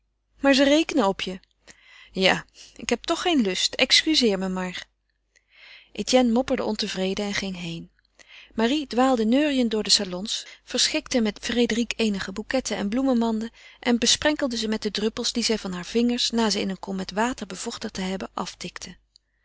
maar ze rekenen op je ja ik heb toch geen lust excuzeer me maar etienne mopperde ontevreden en ging heen marie dwaalde neuriënde door de salons verschikte met frédérique eenige bouquetten en bloemenmanden en besprenkelde ze met de druppels die zij van hare vingers na ze in een kom met water bevochtigd te hebben aftikte